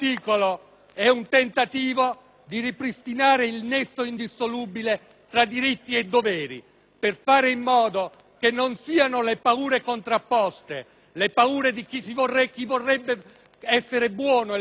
che non siano le paure contrapposte, le paure di chi vorrebbe essere buono e le paure di chi viene catalogato come cattivo, a prendere il sopravvento. È un tentativo